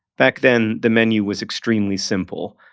back then, the menu was extremely simple,